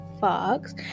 fox